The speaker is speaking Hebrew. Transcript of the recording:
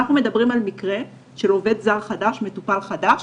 אנחנו מדברים פה על מקרה של עובד זר חדש למטופל חדש